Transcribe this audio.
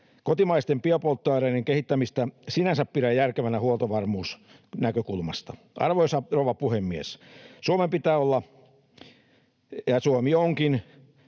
Kotimaisten biopolttoaineiden kehittämistä sinänsä pidän järkevänä huoltovarmuusnäkökulmasta. Arvoisa rouva puhemies! Suomen pitää olla ja Suomi onkin